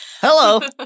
Hello